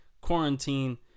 quarantine